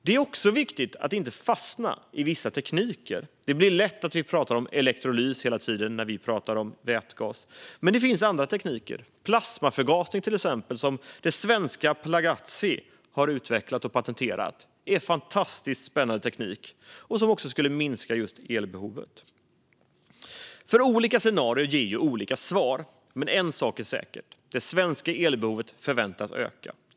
Det är också viktigt att inte fastna i vissa tekniker. Det blir lätt så att vi pratar om elektrolys hela tiden när vi pratar om vätgas. Men det finns andra tekniker, till exempel plasmaförgasning som det svenska Plagazi har utvecklat och patenterat. Det är en fantastiskt spännande teknik som också skulle minska elbehovet. Olika scenarier ger olika svar. Men en sak är säker: Det svenska elbehovet förväntas öka.